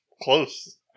close